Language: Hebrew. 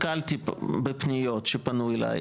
נתקלתי בפניות שפנו אליי,